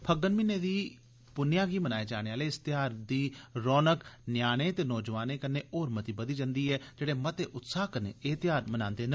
फग्गन म्हीने दी पुन्नेया गी मनाए जाने आले इस ध्यार दी रौनक न्याणें ते नोजवानें कन्नै होर मती बधी जंदी ऐ जेह्ड़े मते उत्साह कन्नै एह् ध्यार मनांदे न